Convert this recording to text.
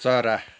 चरा